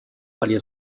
palier